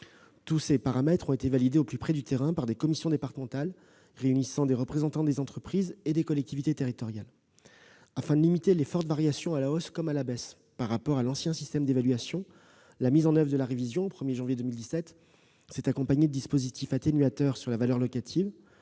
Tous ces paramètres ont été validés au plus près du terrain par des commissions départementales réunissant des représentants des entreprises et des collectivités territoriales. Afin de limiter les fortes variations à la hausse comme à la baisse par rapport à l'ancien système d'évaluation, la mise en oeuvre de la révision au 1 janvier 2017 s'est accompagnée de dispositifs atténuateurs sur la valeur locative